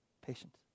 patience